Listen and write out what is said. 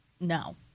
no